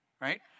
Right